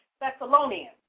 Thessalonians